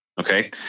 Okay